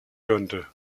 könnte